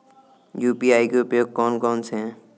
UPI के उपयोग कौन कौन से हैं?